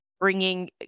bringing